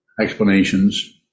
explanations